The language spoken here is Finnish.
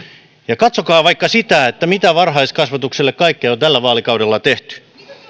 ja katsokaa vaikka mitä kaikkea varhaiskasvatukselle on tällä vaalikaudella tehty tämä